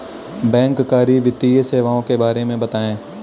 बैंककारी वित्तीय सेवाओं के बारे में बताएँ?